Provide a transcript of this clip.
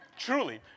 Truly